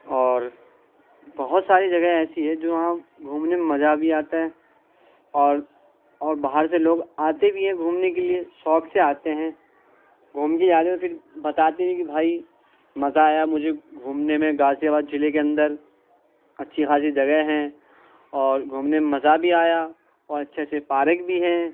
اور بہت ساری جگہ ایسی ہے جو وہاں گھومنے میں مزہ بھی آتا ہے اور اور باہر سے لوگ آتے بھی ہیں گھومنے کے لیے شوق سے آتے ہیں گھوم کے جاتے ہیں پھر بتاتے بھی ہیں کہ بھائی مزہ آیا مجھے گھومنے میں غازی آباد ضلعے کے اندر اچھی خاصی جگہ ہے اور گھومنے میں مزہ بھی آیا اور اچّھے سے پارک بھی ہے